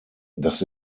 das